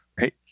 Right